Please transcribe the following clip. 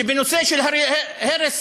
שבנושא של הרס